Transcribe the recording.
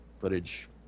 footage